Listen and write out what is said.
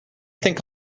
think